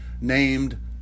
named